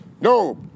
No